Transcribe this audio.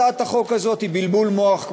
הצעת החוק הזאת היא בלבול מוח,